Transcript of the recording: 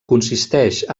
consisteix